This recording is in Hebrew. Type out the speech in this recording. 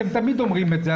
אתם תמיד אומרים את זה,